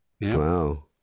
wow